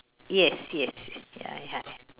yes yes ya ya